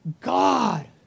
God